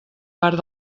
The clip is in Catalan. part